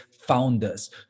founders